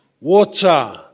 water